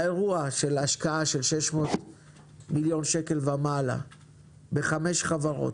האירוע של ההשקעה של יותר מ-600 מיליון שקל בחמש חברות,